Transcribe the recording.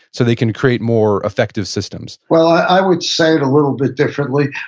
so they can create more effective systems? well, i would say it a little bit differently.